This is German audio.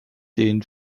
den